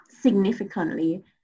significantly